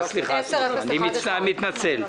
2019 לתוכנית